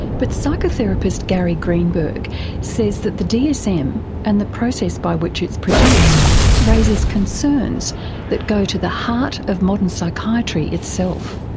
but psychotherapist gary greenberg says that the dsm and the process by which it's produced raises concerns that go to the heart of modern psychiatry itself.